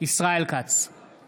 ישראל כץ, אינו נוכח רון כץ,